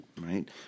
Right